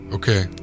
Okay